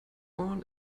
born